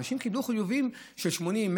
אנשים קיבלו חיובים של 80,000,